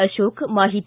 ಅಶೋಕ್ ಮಾಹಿತಿ